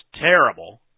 terrible